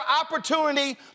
opportunity